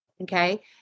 okay